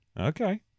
okay